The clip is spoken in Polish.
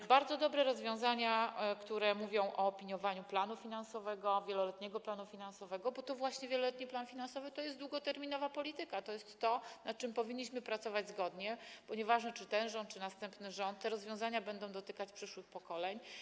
Są bardzo dobre rozwiązania, które mówią o opiniowaniu planu finansowego, wieloletniego planu finansowego, bo właśnie wieloletni plan finansowy to jest długoterminowa polityka, to jest to, nad czym powinniśmy pracować zgodnie, bo nie ważne, czy to będzie ten rząd, czy następny rząd, te rozwiązania będą dotykać przyszłych pokoleń.